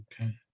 Okay